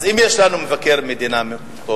אז אם יש לנו מבקר מדינה טוב,